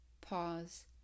pause